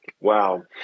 Wow